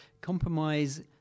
Compromise